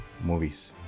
movies